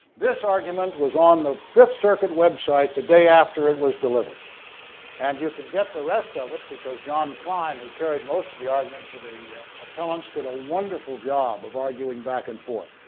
this argument was on the fifth circuit website the day after it was delivered and you could get the rest of it because john klein who carried most of the argument for the appellant did a wonderful job of arguing back and forth,